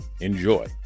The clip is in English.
enjoy